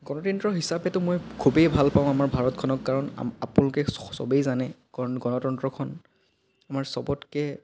গণতন্ত্ৰ হিচাপেতো মই খুবেই ভাল পাওঁ আমাৰ ভাৰতখনক কাৰণ আপোনালোকে সবেই জানে গণতন্ত্ৰখন আমাৰ সবতকৈ